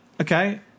Okay